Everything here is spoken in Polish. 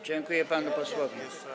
Dziękuję panu posłowi.